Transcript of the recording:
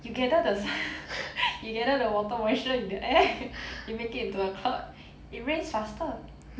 you gather the~ you gather the water moisture in the air you make it into a cloud it rains faster